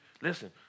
Listen